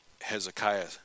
Hezekiah